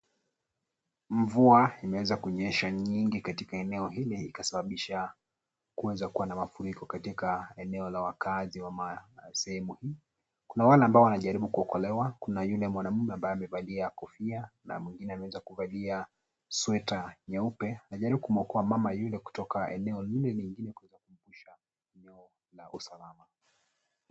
Mvua imeweza kunyesha nyingi katika eneo ikasababisha kuweza kuwa na mafuriko eneo la wakaazi wa sehemu hii. Kuna wale ambao wanajaribu kuokolewa, kuna yule mwanume ambaye amevalia kofia na mwingine ameweza kuvalia sweta nyeupe anajaribu kumuokoa mama yule kutoka eneo lile lingine kuweza kumvusha eneo la usalama.